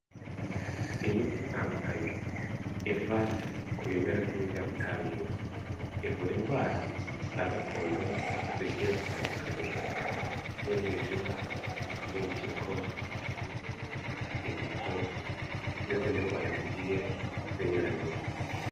Imiti itandukanye iva ku bimera by'ibinyabutabire ivura indwara za gakondo zigiye zitandukanye nk'umwijima n'impyiko, igifu n'izindi ndwara zigiye zinyuranye.